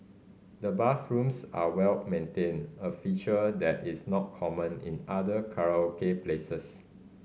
the bathrooms are well maintained a feature that is not common in other karaoke places